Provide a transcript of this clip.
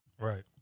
Right